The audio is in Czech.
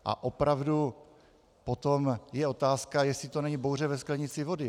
A opravdu potom je otázka, jestli to není bouře ve sklenici vody.